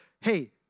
hey